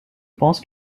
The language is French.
pense